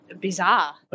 bizarre